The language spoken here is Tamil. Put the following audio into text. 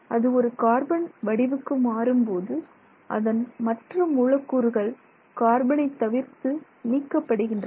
அது ஒரு கார்பன் வடிவுக்கு மாறும்போது அதன் மற்ற மூலக்கூறுகள் கார்பனை தவிர்த்து நீக்கப்படுகின்றன